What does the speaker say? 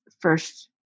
first